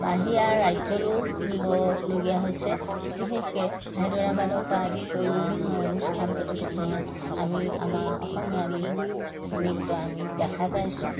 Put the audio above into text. বাহিৰা ৰাজ্যলৈও নিবলগীয়া হৈছে বিশেষকৈ হায়দৰাবাদৰ পৰা আদি কৰি বিভিন্ন অনুষ্ঠান প্ৰতিষ্ঠানত আমি আমাৰ অসমীয়া বিহু নৃত্য আমি দেখা পাইছোঁ